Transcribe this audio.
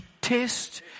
test